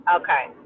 Okay